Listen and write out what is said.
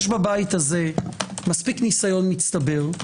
יש בבית הזה מספיק ניסיון מצטבר,